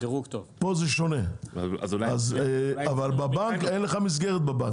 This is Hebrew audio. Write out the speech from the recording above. פה זה שונה אבל בבנק אין לך מסגרת,